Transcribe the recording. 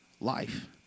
life